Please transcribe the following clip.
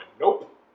nope